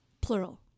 Plural